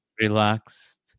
relaxed